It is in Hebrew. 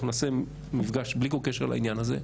אנחנו נעשה מפגש בלי כל קשר לעניין הזה.